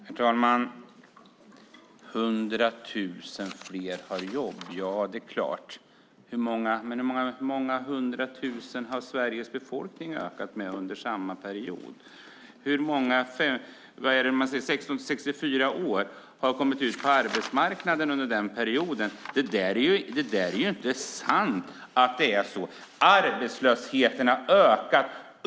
Herr talman! Hundra tusen fler har jobb. Ja, det är klart. Men hur många hundra tusen har Sveriges befolkning ökat med under samma period? Hur många i åldern 16-64 år har kommit ut på arbetsmarknaden under den perioden? Det är ju inte sant att det är så. Arbetslösheten har ökat.